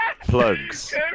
plugs